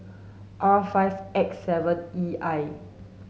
R five X seven E I